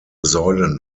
säulen